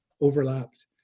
overlapped